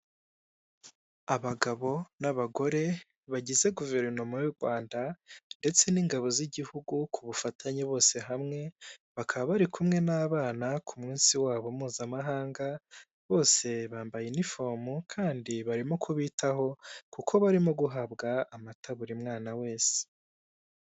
Abagabo n'abagore bagize guverinoma y'u Rwanda ndetse n'ingabo z'igihugu ku bufatanye bose hamwe, bakaba bari kumwe n'abana ku munsi wabo mpuzamahanga bose bambaye inifomu kandi barimo kubitaho kuko barimo guhabwa amata buri mwana wese.